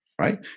right